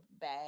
bag